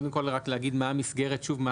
קודם כול, שוב, רק להגיד מה המסגרת שלנו.